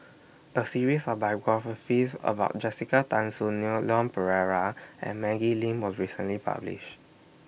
A series of biographies about Jessica Tan Soon Neo Leon Perera and Maggie Lim was recently published